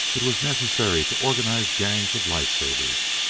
it was necessary to organize gangs of life-savers,